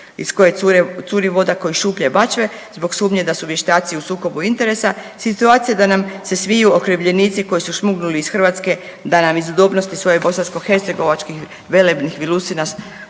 iz koje cure, curi voda ko iz šuplje bačve zbog sumnje da su vještaci u sukobi interesa, situacija da nam se smiju okrivljenici koji su šmugnuli iz Hrvatske da nam iz udobnosti svoje bosansko-hercegovačkih velebnih vilusina